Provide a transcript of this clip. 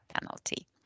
penalty